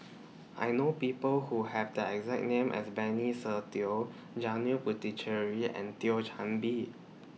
I know People Who Have The exact name as Benny Se Teo Janil Puthucheary and Thio Chan Bee